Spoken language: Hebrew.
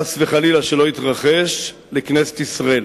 חס וחלילה שלא יתרחש, לכנסת ישראל.